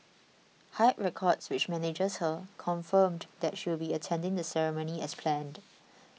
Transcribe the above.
Hype Records which manages her confirmed that she would be attending the ceremony as planned